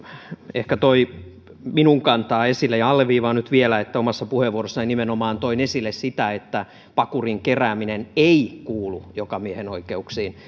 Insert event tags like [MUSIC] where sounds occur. ehkä toi minun kantaani esille ja alleviivaan nyt vielä että omassa puheenvuorossani nimenomaan toin esille sen että pakurin kerääminen ei kuulu jokamiehenoikeuksiin [UNINTELLIGIBLE]